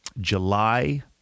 July